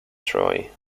troy